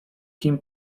kim